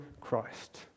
Christ